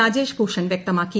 രാജേഷ് ഭൂഷൺ വ്യക്തമാക്കി